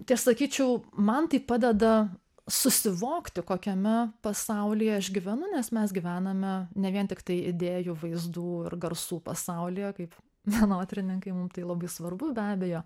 tai aš sakyčiau man tai padeda susivokti kokiame pasaulyje aš gyvenu nes mes gyvename ne vien tiktai idėjų vaizdų ir garsų pasaulyje kaip menotyrininkai mum tai labai svarbu be abejo